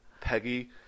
Peggy